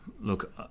Look